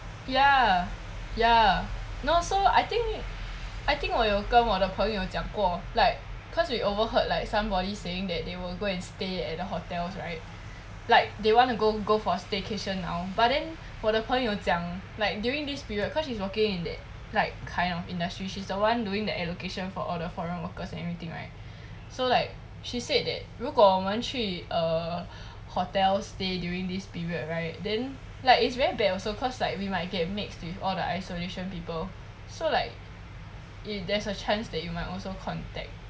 ya ya no so I think I think 我有跟我的朋友讲过 like cause we overheard like somebody saying that they will go and stay at the hotels right like they want to go go for staycation now but then 我的朋友讲 like during this period cause she's working in that like kind of industry she's the one doing the allocation for all the foreign workers and everything right so like she said that 如果我们去 err hotels stay during this period right then like it's very bad also cause like we might get mixed with all the isolation people so like there's a chance that you might also contact